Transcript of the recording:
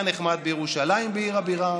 היה נחמד בירושלים, בעיר הבירה,